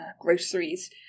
groceries